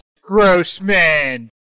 Grossman